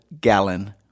gallon